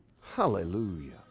Hallelujah